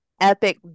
epic